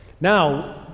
Now